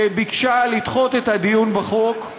ביקשה לדחות את הדיון בחוק.